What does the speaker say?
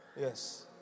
Yes